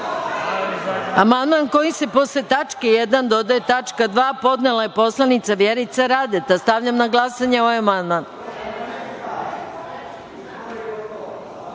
kojim se posle tačke 1. dodaje tačka 2. podnela je poslanica Vjerica Radeta. Stavljam na glasanje ovaj